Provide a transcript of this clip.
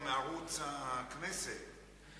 לשלוח לי אס.אם.אס,